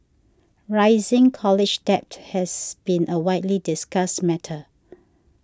rising college debt has been a widely discussed matter